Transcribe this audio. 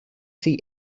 see